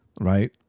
right